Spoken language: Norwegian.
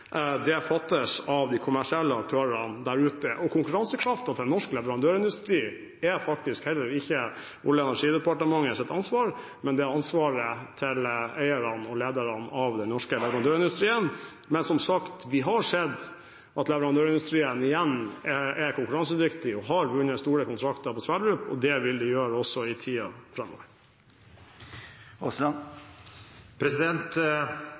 fattes av de kommersielle aktørene der ute. Og konkurransekraften til norsk leverandørindustri er faktisk heller ikke Olje- og energidepartementets ansvar, men ansvaret til eierne og lederne av den norske leverandørindustrien. Men som sagt: Vi har sett at leverandørindustrien igjen er konkurransedyktig og har vunnet store kontrakter på Sverdrup, og det vil den gjøre også i tiden framover.